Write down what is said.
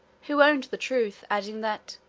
who owned the truth, adding that,